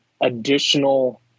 additional